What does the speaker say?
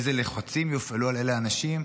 איזה לחצים יופעלו על אלו אנשים,